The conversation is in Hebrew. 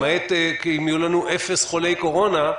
למעט אם יהיו לנו אפס חולי קורונה,